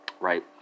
right